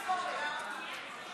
נכנס להיסטוריה.